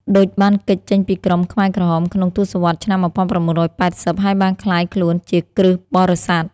ឌុច បានគេចចេញពីក្រុមខ្មែរក្រហម ក្នុងទសវត្សរ៍ឆ្នាំ១៩៨០ ហើយបានក្លាយខ្លួនជាគ្រិស្តបរិស័ទ។